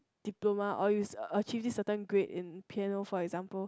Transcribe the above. diploma or you achieve this certain grade in piano for example